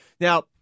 Now